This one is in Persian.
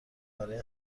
برای